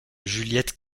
juliette